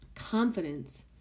confidence